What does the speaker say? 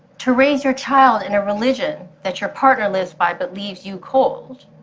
to raise your child in a religion that your partner lives by but leaves you cold.